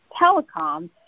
telecoms